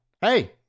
Hey